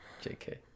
jk